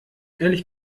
ehrlich